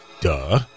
duh